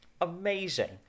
Amazing